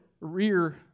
rear